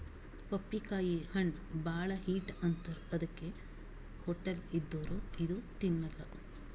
ಪಪ್ಪಿಕಾಯಿ ಹಣ್ಣ್ ಭಾಳ್ ಹೀಟ್ ಅಂತಾರ್ ಅದಕ್ಕೆ ಹೊಟ್ಟಲ್ ಇದ್ದೋರ್ ಇದು ತಿನ್ನಲ್ಲಾ